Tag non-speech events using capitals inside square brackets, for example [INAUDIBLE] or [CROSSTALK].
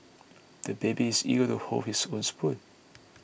[NOISE] the baby is eager to hold his own spoon